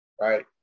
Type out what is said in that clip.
right